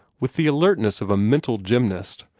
with the alertness of a mental gymnast,